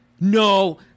no